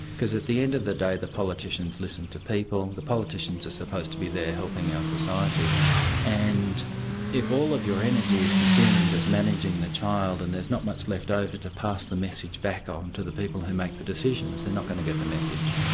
because at the end of the day the politicians listen to people, the politicians are supposed to be there helping our society and if all of your energy is consumed in just managing the child and there's not much left over to pass the message back on to the people who make the decisions they are not going to get the message.